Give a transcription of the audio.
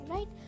Right